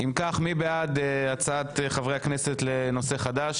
בעד, 10 נגד, 1 נמנעים, אין ההצעה לנושא חדש